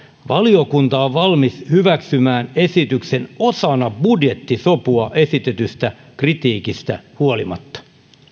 valiokunta on valmis hyväksymään esityksen osana budjettisopua esitetystä kritiikistä huolimatta